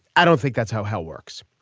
i don't think that's how how works.